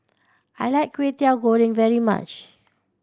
I like Kway Teow Goreng very much